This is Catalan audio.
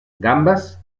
gambes